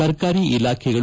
ಸರ್ಕಾರಿ ಇಲಾಖೆಗಳು